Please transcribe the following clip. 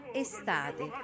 estate